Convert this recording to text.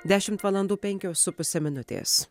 dešimt valandų penkios su puse minutės